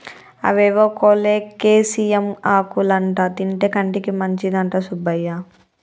అవేవో కోలేకేసియం ఆకులంటా తింటే కంటికి మంచిదంట సుబ్బయ్య